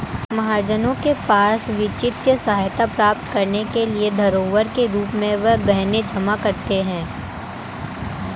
महाजनों के पास वित्तीय सहायता प्राप्त करने के लिए धरोहर के रूप में वे गहने जमा करते थे